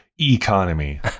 economy